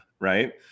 Right